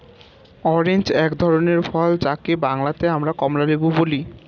orange এক ধরনের ফল যাকে বাংলাতে আমরা কমলালেবু বলি